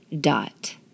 dot